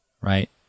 Right